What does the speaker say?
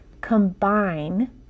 combine